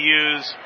use